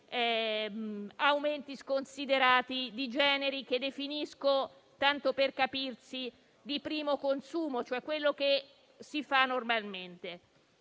aumenti sconsiderati di generi che definisco - tanto per capirci - di primo consumo, cioè quello che si fa normalmente.